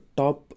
top